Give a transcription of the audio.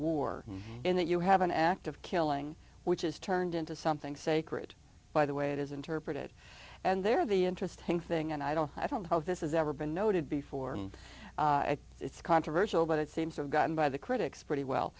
war in that you have an act of killing which is turned into something sacred by the way it is interpreted and there the interesting thing and i don't i don't know how this is ever been noted before and it's controversial but it seems forgotten by the critics pretty well